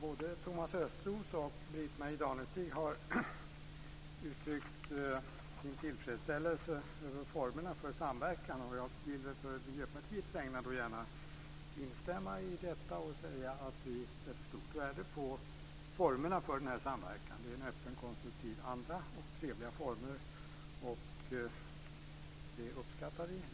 Fru talman! Både Thomas Östros och Britt-Marie Danestig har uttryckt sin tillfredsställelse över samverkansformerna, och jag vill på Miljöpartiets vägnar instämma i detta och säga att vi sätter stort värde på denna samverkan i en öppen konstruktiv anda och i trevliga former. Vi uppskattar den.